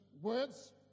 words